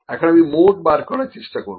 এখন আমি মোড বার করার চেষ্টা করবো